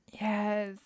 yes